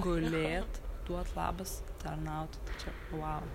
gulėt duot labas tarnaut tai čia vau